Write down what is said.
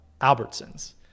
Albertsons